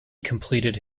completed